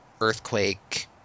Earthquake